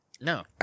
No